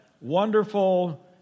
wonderful